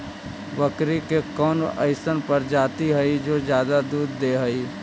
बकरी के कौन अइसन प्रजाति हई जो ज्यादा दूध दे हई?